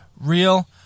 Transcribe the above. Real